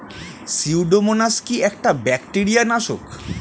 Pseudomonas কি একটা bacteria নাশক?